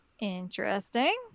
Interesting